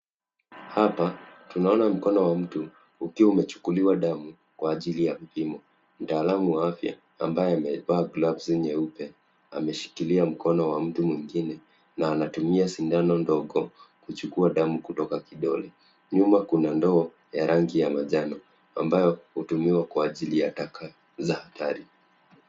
Hapa tunaona mkono wa mtu ukiwa umechukuliwa damu kwa ajili ya vipimo. Mtaalamu wa afya ambaye amevaa gloves nyeupe ameshikilia mkono wa mtu mwingine na anatumia sindano ndogo kuchukua damu kutoka kidole. Nyuma kuna ndoo ya rangi ya majano ambayo hutumiwa kwa ajili ya taka za hatari.